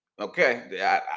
okay